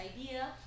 idea